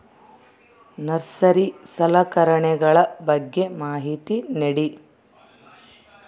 Nursery ಸಲಕರಣೆಗಳ ಬಗ್ಗೆ ಮಾಹಿತಿ ನೇಡಿ?